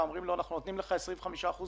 היתרונות של המהלך